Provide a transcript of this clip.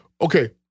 Okay